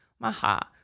Maha